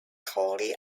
wholly